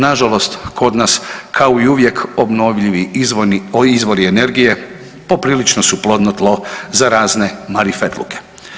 Nažalost, kod nas kao i uvijek obnovljivi izvori energije poprilično su plodno tlo za razne marifetluke.